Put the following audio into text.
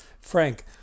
Frank